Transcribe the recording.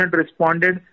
responded